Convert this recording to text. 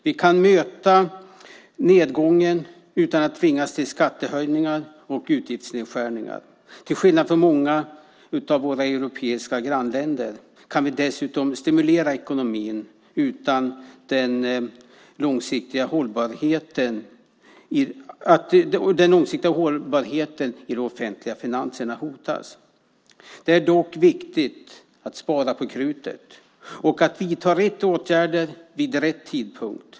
Vi kan möta nedgången utan att tvingas till skattehöjningar och utgiftsnedskärningar. Till skillnad från många av våra europeiska grannländer kan vi dessutom stimulera ekonomin utan att den långsiktiga hållbarheten i de offentliga finanserna hotas. Det är dock viktigt att spara på krutet och att vidta rätt åtgärder vid rätt tidpunkt.